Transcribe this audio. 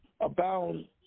abound